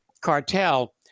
cartel